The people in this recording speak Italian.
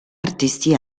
artisti